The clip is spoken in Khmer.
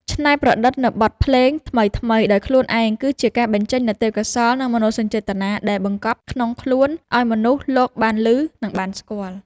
ច្នៃប្រឌិតនូវបទភ្លេងថ្មីៗដោយខ្លួនឯងគឺជាការបញ្ចេញនូវទេពកោសល្យ និងមនោសញ្ចេតនាដែលបង្កប់ក្នុងខ្លួនឱ្យមនុស្សលោកបានឮ និងបានស្គាល់។